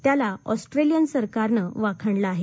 त्याला ऑस्ट्रेलियन सरकारने वाखाणले आहे